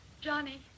Johnny